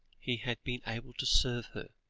he had been able to serve her,